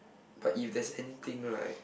but if there's anything right